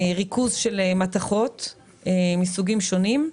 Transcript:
ריכוז של מתכות מסוגים שונים.